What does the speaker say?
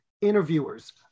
interviewers